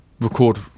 record